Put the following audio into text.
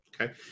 Okay